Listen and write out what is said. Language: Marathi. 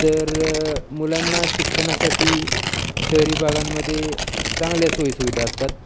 तर मुलांना शिक्षणासाठी शहरी भागांमध्ये चांगल्या सोयीसुविधा असतात